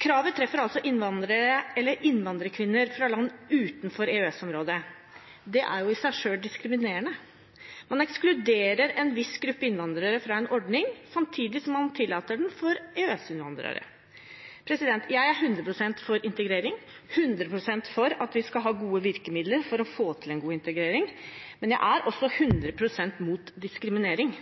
Kravet treffer altså innvandrerkvinner fra land utenfor EØS-området. Det er i seg selv diskriminerende – man ekskluderer en viss gruppe innvandrere fra en ordning, samtidig som man tillater den for EØS-innvandrere. Jeg er 100 pst. for integrering og 100 pst. for at vi skal ha gode virkemidler for å få til en god integrering, men jeg er også 100 pst. mot diskriminering.